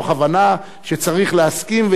מתוך הבנה שצריך להסכים,